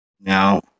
Now